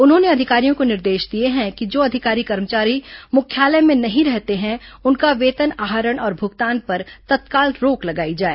उन्होंने अधिकारियों को निर्देश दिए हैं कि जो अधिकारी कर्मचारी मुख्यालय में नहीं रहते हैं उनका येतन आहरण और भुगतान पर तत्काल रोक लगाई जाए